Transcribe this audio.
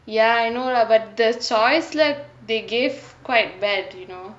ya I know lah but the choice that they gave quite bad you know